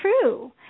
true